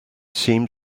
seemed